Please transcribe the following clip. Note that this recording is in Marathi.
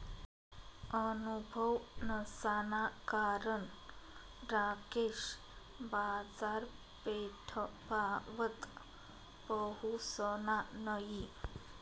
अनुभव नसाना कारण राकेश बाजारपेठपावत पहुसना नयी